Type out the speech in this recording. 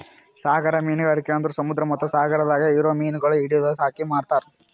ಸಾಗರ ಮೀನುಗಾರಿಕೆ ಅಂದುರ್ ಸಮುದ್ರ ಮತ್ತ ಸಾಗರದಾಗ್ ಇರೊ ಮೀನಗೊಳ್ ಹಿಡಿದು ಸಾಕಿ ಮಾರ್ತಾರ್